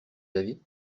d’avis